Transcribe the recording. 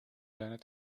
seiner